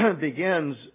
begins